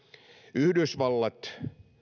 yhdysvallat